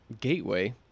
Gateway